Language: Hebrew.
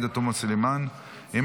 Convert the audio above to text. חוק ומשפט נתקבלה.